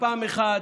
הזה,